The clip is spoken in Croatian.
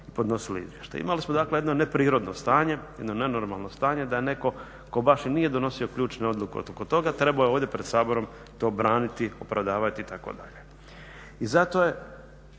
i podnosili izvještaj. Imali smo dakle jedno neprirodno stanje, jedno nenormalno stanje da netko tko baš i nije donosio ključne odluke oko toga trebao je ovdje pred Saborom to braniti, opravdavati itd. I zato je